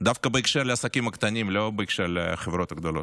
דווקא בהקשר של העסקים הקטנים ולא בהקשר של החברות הגדולות.